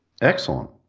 Excellent